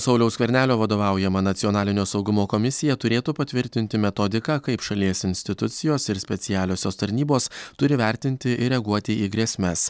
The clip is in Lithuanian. sauliaus skvernelio vadovaujama nacionalinio saugumo komisija turėtų patvirtinti metodiką kaip šalies institucijos ir specialiosios tarnybos turi vertinti ir reaguoti į grėsmes